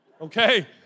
okay